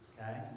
Okay